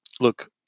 look